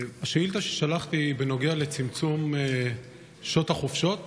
השאילתה ששלחתי היא בנוגע לצמצום שעות החופשות לאסירים,